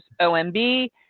OMB